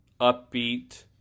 upbeat